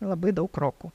labai daug krokų